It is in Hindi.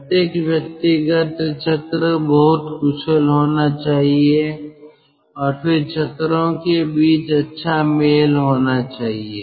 प्रत्येक व्यक्तिगत चक्र बहुत कुशल होना चाहिए और फिर चक्रों के बीच अच्छा मेल होना चाहिए